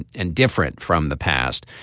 and different from the past.